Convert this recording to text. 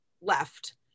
left